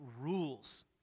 rules